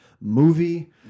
movie